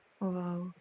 wow